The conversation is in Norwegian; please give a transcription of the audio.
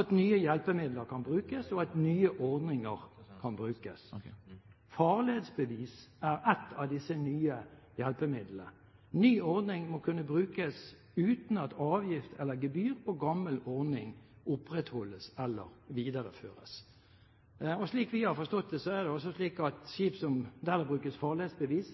at nye hjelpemidler kan brukes, og at nye ordninger kan brukes. Farledsbevis er ett av disse nye hjelpemidlene. Ny ordning må kunne brukes uten at avgift eller gebyr på gammel ordning opprettholdes eller videreføres. Slik vi har forstått det, er det slik at skip der det brukes